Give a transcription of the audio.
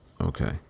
Okay